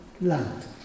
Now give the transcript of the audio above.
land